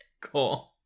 Cool